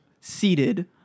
seated